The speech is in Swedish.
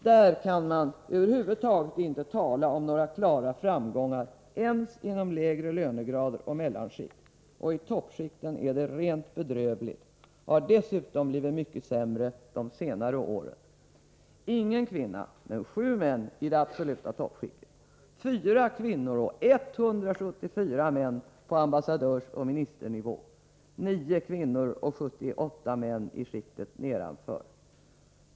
Där kan man över huvud taget inte tala om några klara framgångar ens inom lägre lönegrader och mellanskikt. I toppskikten är det rent bedrövligt och har dessutom blivit mycket sämre de senare åren: ingen kvinna men sju män i det absoluta toppskiktet. 4 kvinor och 174 män på ambassadörsoch ministernivå. 9 kvinnor och 78 män i skiktet nedanför.